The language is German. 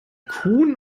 kuhn